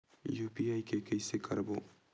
UPI के कइसे करबो?